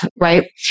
right